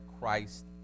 Christ